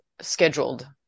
scheduled